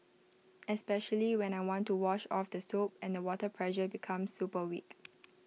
especially when I want to wash off the soap and the water pressure becomes super weak